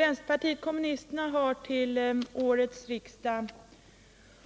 Herr talman! Vpk har till årets riksdag